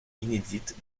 inédite